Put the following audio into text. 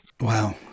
Wow